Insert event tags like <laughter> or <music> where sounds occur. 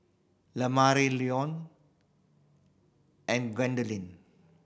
<unintelligible> Leon and <unintelligible>